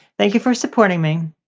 thank you for supporting me.